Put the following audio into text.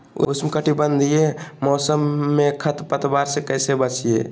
उष्णकटिबंधीय मौसम में खरपतवार से कैसे बचिये?